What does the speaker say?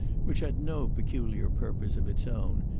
which had no peculiar purpose of its own,